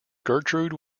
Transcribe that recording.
gertrude